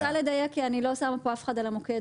אז אני רוצה לדייק כי אני לא שמה פה אף אחד על המוקד,